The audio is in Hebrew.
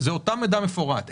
זה אותו מידע מפורט.